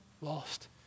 lost